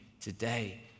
today